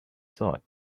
sword